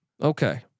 Okay